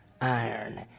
iron